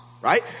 right